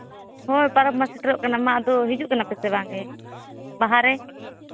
ᱦᱳᱭ ᱯᱚᱨᱚᱵᱽ ᱢᱟ ᱥᱮᱴᱮᱨᱚᱜ ᱠᱟᱱᱟ ᱟᱫᱚ ᱦᱤᱡᱩᱜ ᱠᱟᱱᱟ ᱯᱮᱥᱮ ᱵᱟᱝ ᱜᱮ ᱵᱟᱦᱟᱨᱮ